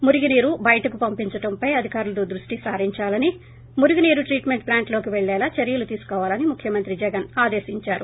మురుగునీరు బయటకి పంపించడంపై అధికారులు దృష్టి సారించాలని మురుగునీరు ట్రీట్మెంట్ ప్లాంట్లోకి పెళ్లేలా చర్యలు తీసుకోవాలని ముఖ్యమంత్రి జగన్ ఆదేశించారు